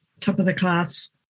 top-of-the-class